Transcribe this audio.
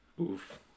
Oof